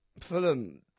Fulham